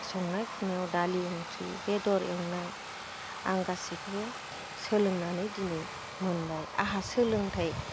संनाय खुरनायाव दालि ओंख्रि बेदर एवनाय आं गासिखौबो सोलोंनानै दिनै मोनबाय आहा सोलोंथाय